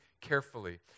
carefully